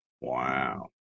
Wow